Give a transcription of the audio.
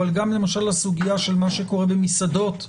אבל גם למשל לסוגיה של מה שקורה במסעדות,